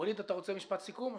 וליד, אתה רוצה משפט סיום?